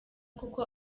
kuko